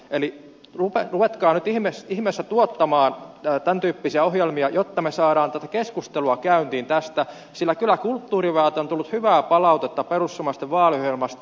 eli ruvetkaa nyt ihmeessä tuottamaan tämäntyyppisiä ohjelmia jotta me saamme tätä keskustelua käyntiin tästä sillä kyllä kulttuuriväeltä on tullut hyvää palautetta perussuomalaisten vaaliohjelmasta